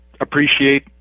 appreciate